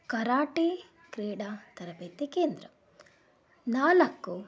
karate ಕ್ರೀಡಾ ತರಬೇತಿ ಕೇಂದ್ರ ನಾಲ್ಕು